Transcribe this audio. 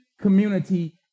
community